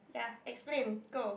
ya explain go